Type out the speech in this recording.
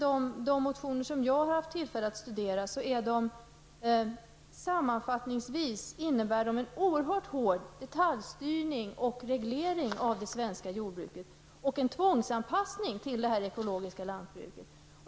De motioner som jag har haft tillfälle att studera innebär sammanfattningsvis en oerhört hård detaljstyrning och reglering av det svenska jordbruket och en tvångsanpassning till det ekologiska lantbruket.